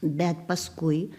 bet paskui